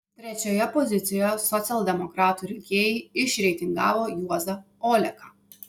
trečioje pozicijoje socialdemokratų rinkėjai išreitingavo juozą oleką